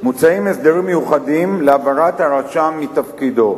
מוצעים הסדרים מיוחדים להעברת רשם מתפקידו,